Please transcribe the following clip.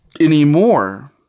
anymore